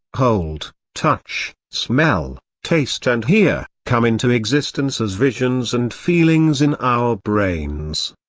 hold, touch, smell, taste and hear come into existence as visions and feelings in our brains.